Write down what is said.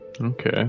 Okay